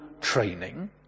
training